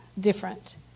different